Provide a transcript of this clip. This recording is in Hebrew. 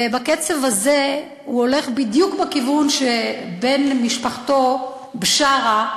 ובקצב הזה הוא הולך בדיוק בכיוון של בן משפחתו בשארה,